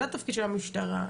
זה התפקיד של המשטרה.